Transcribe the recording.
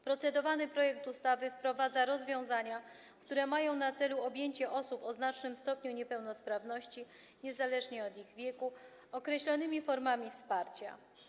Procedowany projekt ustawy wprowadza rozwiązania, które mają na celu objęcie osób o znacznym stopniu niepełnosprawności niezależnie od ich wieku określonymi formami wsparcia.